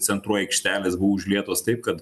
centrų aikštelės buvo užlietos taip kad